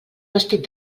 vestit